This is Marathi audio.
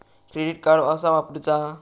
क्रेडिट कार्ड कसा वापरूचा?